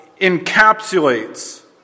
encapsulates